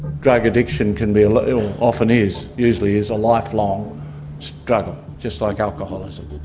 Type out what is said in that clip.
drug addiction can be, like often is, usually is a lifelong struggle, just like alcoholism.